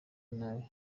nabi